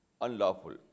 unlawful